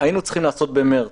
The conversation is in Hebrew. היינו צריכים לעשות בחודש מרץ.